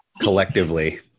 Collectively